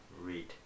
read